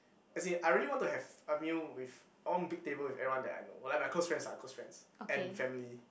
as in I really want to have a new with one big table with everyone that I know like my close friends ah close friends and family